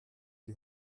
die